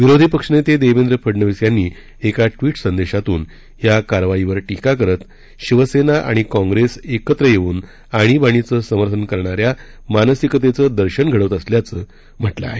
विरोधी पक्षनेते देवेंद्र फडनवीस यांनी एका ट्वीट संदेशातून या कारवाईवर टीका करत शिवसेना आणि कॉंप्रेस एकत्र येऊन आणीबाणीचं समर्थन करणाऱ्या मानसिकतेचं दर्शन घडवत असल्याचं म्हटलं आहे